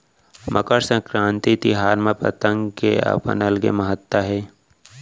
मकर संकरांति तिहार म पतंग के अपन अलगे महत्ता हे